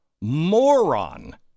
moron